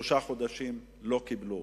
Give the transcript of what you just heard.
שלושה חודשים לא קיבלו,